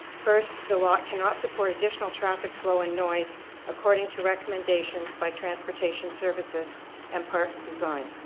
first, the lot cannot support additional traffic flow and noise according to recommendations by transportation services and parks design.